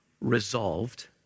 resolved